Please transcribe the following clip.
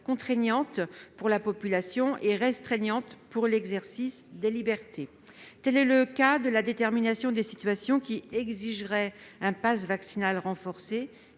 contraignantes pour la population et restreignant l'exercice des libertés. Tel est le cas de la détermination des situations qui exigeraient la présentation d'un passe vaccinal renforcé,